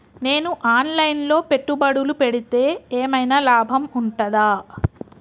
నేను online లో పెట్టుబడులు పెడితే ఏమైనా లాభం ఉంటదా?